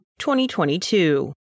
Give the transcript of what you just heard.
2022